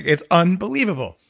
it's unbelievable,